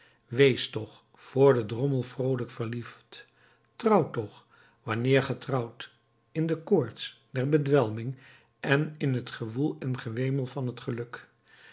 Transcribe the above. weest toch voor den drommel vroolijk verliefd trouwt toch wanneer ge trouwt in de koorts der bedwelming en in het gewoel en gewemel van het geluk